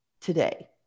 today